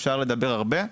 אפשר לדבר הרבה.